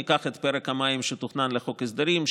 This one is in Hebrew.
ניקח את פרק המים שתוכנן לחוק ההסדרים,